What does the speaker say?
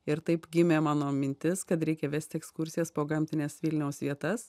ir taip gimė mano mintis kad reikia vesti ekskursijas po gamtines vilniaus vietas